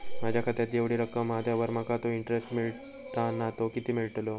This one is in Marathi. माझ्या खात्यात जेवढी रक्कम हा त्यावर माका तो इंटरेस्ट मिळता ना तो किती मिळतलो?